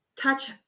touch